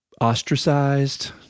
ostracized